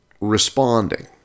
responding